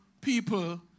people